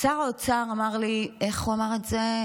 שר האוצר אמר לי, איך הוא אמר את זה?